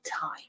time